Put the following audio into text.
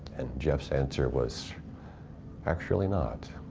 and jeff's answer was actually not.